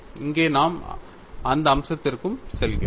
இங்கே நாம் அந்த அம்சத்திற்கும் செல்கிறோம்